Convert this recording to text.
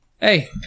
Hey